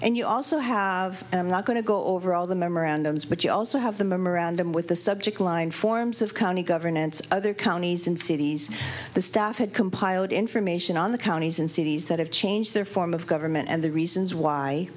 and you also have and i'm not going to go over all the memorandums but you also have the memorandum with the subject line forms of county governance other counties and cities the staff had compiled information on the counties and cities that have changed their form of government and the reasons why